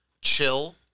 Chill